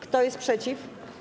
Kto jest przeciw?